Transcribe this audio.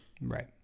right